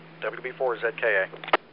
WB4ZKA